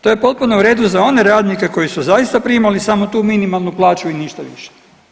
To je potpuno u redu za one radnike koji su zaista primali samo tu minimalnu plaću i ništa više.